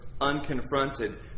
unconfronted